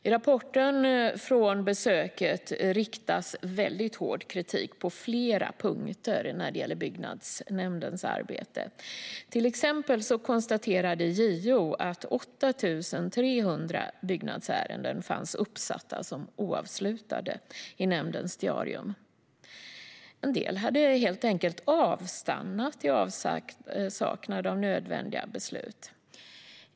I rapporten från besöket riktas hård kritik på flera punkter när det gäller byggnadsnämndens arbete. Till exempel konstaterade JO att 8 300 byggnadsärenden fanns uppsatta som oavslutade i nämndens diarium. En del ärenden hade helt enkelt avstannat i avsaknad av nödvändiga beslut.